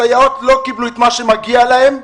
הסייעות לא קיבלו את מה שמגיע להן.